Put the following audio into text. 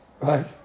right